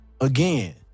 Again